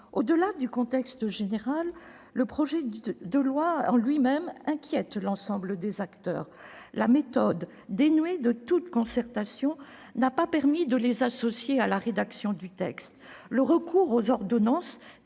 Au-delà du contexte général, le projet de loi en lui-même inquiète l'ensemble des acteurs : la méthode, dénuée de toute concertation, n'a pas permis de les associer à la rédaction du texte. Le recours aux ordonnances